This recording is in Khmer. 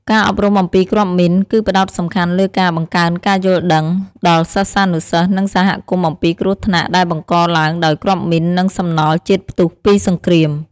ការអប់រំអំពីគ្រាប់មីន គឺផ្ដោតសំខាន់លើការ បង្កើនការយល់ដឹង ដល់សិស្សានុសិស្ស និងសហគមន៍អំពីគ្រោះថ្នាក់ដែលបង្កឡើងដោយគ្រាប់មីន និងសំណល់ជាតិផ្ទុះពីសង្គ្រាម។